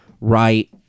right